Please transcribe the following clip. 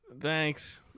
Thanks